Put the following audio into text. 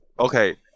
Okay